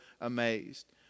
amazed